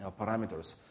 parameters